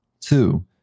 Two